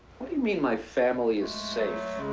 what do you mean, my family is safe?